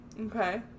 Okay